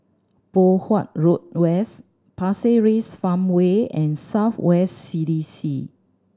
Poh Huat Road West Pasir Ris Farmway and South West C D C